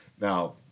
now